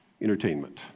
entertainment